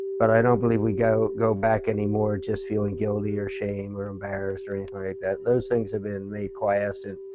but i don't believe we go go back any more just to feel and guilty or ashamed or embarrassed or anything like that. those things have been made quiescent.